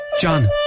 John